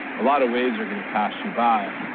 a lot of waves are going to pass you by.